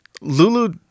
Lulu